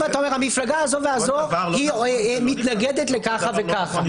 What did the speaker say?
אם אתה אומר שהמפלגה הזאת והזאת מתנגדת לכך וכך.